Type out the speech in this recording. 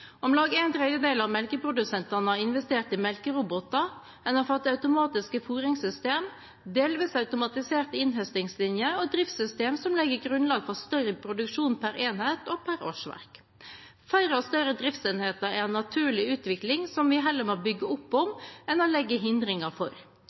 Om lag en tredjedel av melkeprodusentene har investert i melkeroboter. En har fått automatiske fôringssystemer, delvis automatiserte innhøstingslinjer og driftssystemer som legger grunnlag for større produksjon per enhet og per årsverk. Færre og større driftsenheter er en naturlig utvikling som vi heller må bygge opp om